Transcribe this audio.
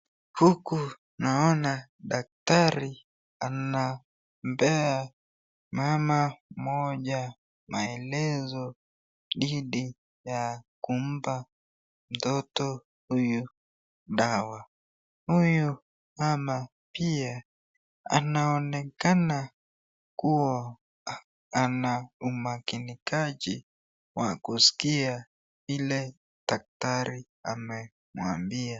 Huku naona daktari anampea mama mmoja maelezo dhidi ya kumpa mtoto huyu dawa. Huyu mama pia anaonekana kuwa na umakinikaji wa kusikia yale daktari anamwambia.